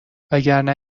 وگرنه